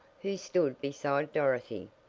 who stood beside dorothy.